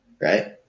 Right